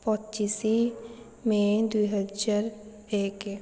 ପଚିଶ ମେ' ଦୁଇ ହଜାର ଏକ